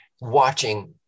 watching